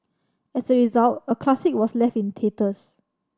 as a result a classic was left in tatters